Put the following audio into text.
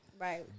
Right